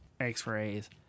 x-rays